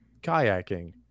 kayaking